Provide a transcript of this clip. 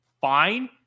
fine